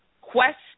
Quest